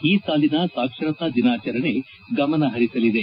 ಈ ಸಾಲಿನ ಸಾಕ್ಷರತಾ ದಿನಾಚರಣೆ ಗಮನ ಪರಿಸಲಿದೆ